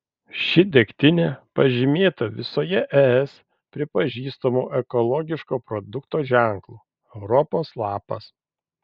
ši degtinė pažymėta visoje es pripažįstamu ekologiško produkto ženklu europos lapas